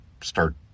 start